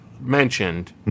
mentioned